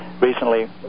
recently